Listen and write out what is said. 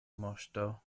moŝto